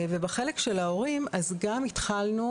בחלק של ההורים, אז גם התחלנו